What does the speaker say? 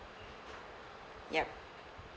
yup